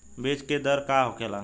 बीज के दर का होखेला?